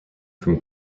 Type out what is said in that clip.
from